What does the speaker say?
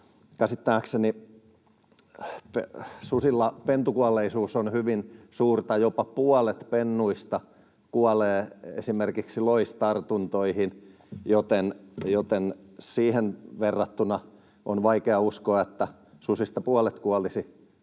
käsittääkseni susilla pentukuolleisuus on hyvin suurta. Jopa puolet pennuista kuolee esimerkiksi loistartuntoihin, joten siihen verrattuna on vaikea uskoa, että susista puolet kuolisi